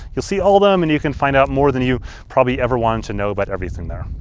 you'll see all of them, and you can find out more than you probably ever wanted to know about everything there.